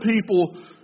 people